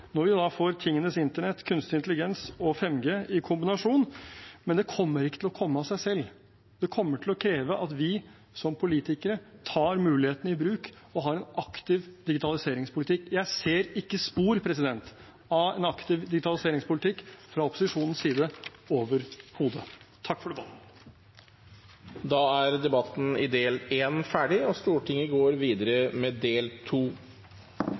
når vi får tingenes internett, kunstig intelligens og 5G i kombinasjon. Men det kommer ikke til å komme av seg selv. Det kommer til å kreve at vi som politikere tar mulighetene i bruk og har en aktiv digitaliseringspolitikk. Jeg ser ikke spor av en aktiv digitaliseringspolitikk fra opposisjonens side overhodet. Takk for debatten. Da er del 1 av debatten ferdig, og Stortinget går videre til del